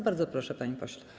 Bardzo proszę, panie pośle.